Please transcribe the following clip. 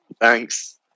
Thanks